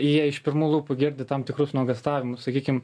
jie iš pirmų lūpų girdi tam tikrus nuogąstavimus sakykim